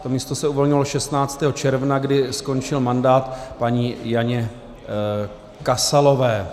To místo se uvolnilo 16 června, kdy skončil mandát paní Janě Kasalové.